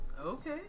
Okay